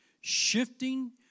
Shifting